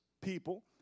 people